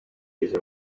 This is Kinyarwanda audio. izo